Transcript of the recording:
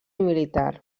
militar